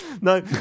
No